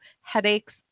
headaches